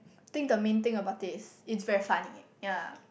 think the main thing about it is it's very funny ya